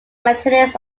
maintenance